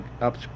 up